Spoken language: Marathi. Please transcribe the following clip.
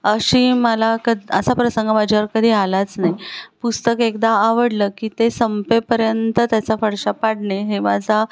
अशी मला कसा प्रसंग माझ्यावर कधी आलाच नाही पुस्तक एकदा आवडलं की ते संपेपर्यंत त्याचा फडशा पाडणे हे माझा